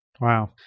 Wow